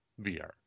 VR